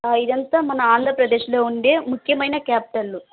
ఇదంతా మన ఆంధ్రప్రదేశ్లో ఉండే ముఖ్యమైన క్యాపిటల్లు